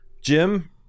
Jim